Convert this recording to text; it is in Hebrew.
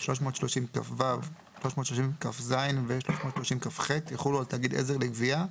330כו, 330כז ו-330כח יחולו על תאגיד עזר לגבייה,